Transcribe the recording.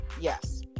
Yes